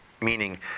meaning